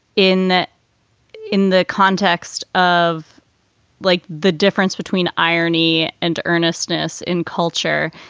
in that in the context of like the difference between irony and earnestness in culture,